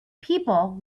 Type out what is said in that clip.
people